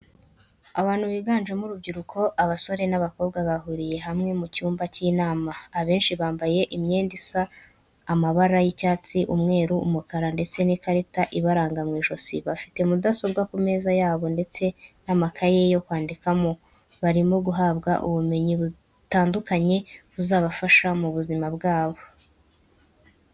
Abantu biganjemo urubyiruko abasore n'abakobwa bahuriye hamwe mu cyumba cy'inama abenshi bambaye imyenda isa y'amabara y'icyatsi, umweru n'umukara ndetse n'ikarita ibaranga mw'ijosi bafite mudasobwa ku meza yabo ndetse n'amakaye yo kwandikamo, barimo guhabwa ubumenyi butandukanye buzabafasha mu buzima bwabo.